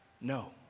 No